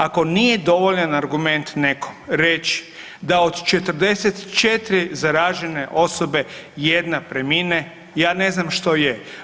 Ako nije dovoljan argument nekom reći da od 44 zaražene osobe, jedna premine, ja ne znam što je.